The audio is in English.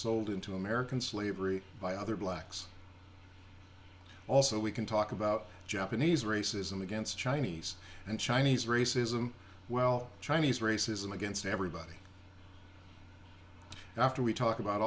sold into american slavery by other blacks also we can talk about japanese racism against chinese and chinese racism well chinese racism against everybody after we talk about